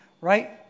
Right